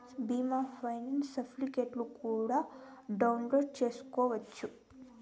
బీమా ఫైనాన్స్ సర్టిఫికెట్లు కూడా డౌన్లోడ్ చేసుకోవచ్చు